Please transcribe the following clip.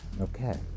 Okay